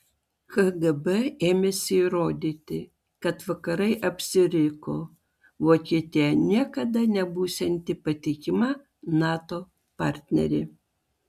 kgb ėmėsi įrodyti kad vakarai apsiriko vokietija niekada nebūsianti patikima nato partnerė